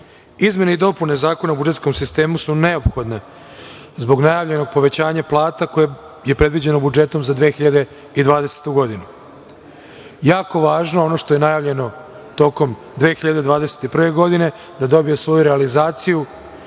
Izmene i dopune Zakona o budžetskom sistemu su neophodne zbog najavljenog povećanja plata koje je predviđeno budžetom za 2022. godinu. Jako važno, ono što je najavljeno tokom 2021. godine, da dobije svoju realizaciju